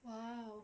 !wow!